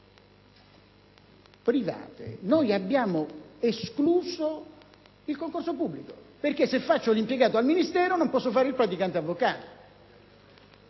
private. Noi abbiamo escluso il concorso pubblico, perché se si fa l'impiegato al Ministero non si può fare il praticante avvocato.